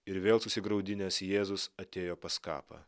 ir vėl susigraudinęs jėzus atėjo pas kapą